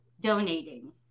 donating